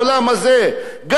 גם האירנים,